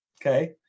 Okay